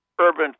urban